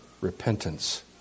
repentance